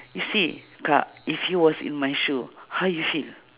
you see kak if you was in my shoe how you feel